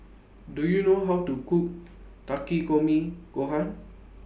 Do YOU know How to Cook Takikomi Gohan